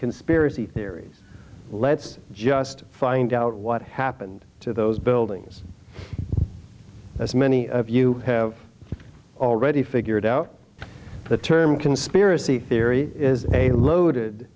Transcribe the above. conspiracy theories let's just find out what happened to those buildings as many of you have already figured out the term conspiracy theory is a loaded